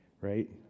Right